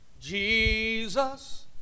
Jesus